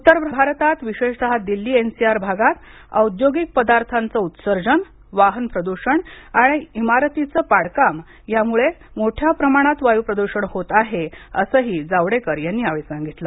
उत्तर भारतात विशेषतः दिल्ली एन सी आर भागात औद्योगिक पदार्थांचं उत्सर्जन वाहन प्रदूषण आणि इमारतींचं पाडकाम यामुळे मोठ्या प्रमाणात वायू प्रदूषण होत आहे असंही जावडेकर यांनी यावेळी सांगितल